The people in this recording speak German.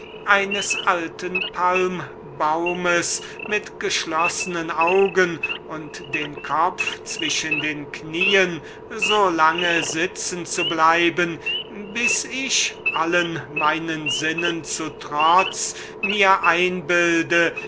eines alten palmbaums mit geschloßnen augen und den kopf zwischen den knien so lange in der nämlichen positur sitzen bleiben bis ich allen meinen sinnen zu trotz mir einbilde